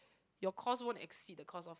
your cost won't exceed the cost of